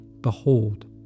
Behold